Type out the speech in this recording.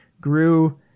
grew